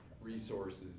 resources